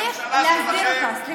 את ומנסור עבאס, אמרתי לכם.